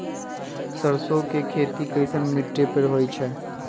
सरसों के खेती कैसन मिट्टी पर होई छाई?